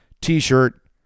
T-shirt